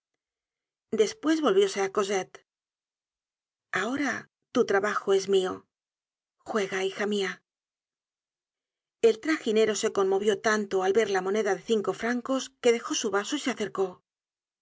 despues volvióse hácia cosette ahora tu trabajo es mio juega hija mia el traginero se conmovió tanto al ver la moneda de cinco francos que dejó su vaso y se acercó